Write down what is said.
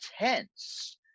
intense